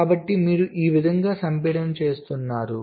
కాబట్టి మీరు ఈ విధంగా సంపీడనం చేస్తున్నారు